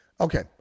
okay